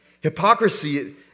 Hypocrisy